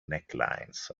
necklines